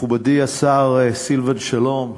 מכובדי השר סילבן שלום,